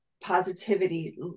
positivity